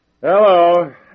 Hello